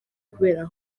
kubera